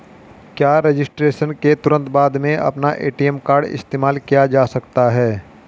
क्या रजिस्ट्रेशन के तुरंत बाद में अपना ए.टी.एम कार्ड इस्तेमाल किया जा सकता है?